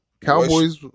Cowboys